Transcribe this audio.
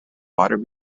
water